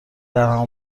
درهم